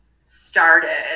started